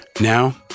Now